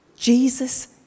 Jesus